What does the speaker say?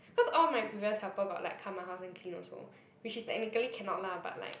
cause all of my previous helper got like come my house and clean also which is technically cannot lah but like